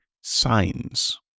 signs